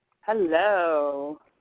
Hello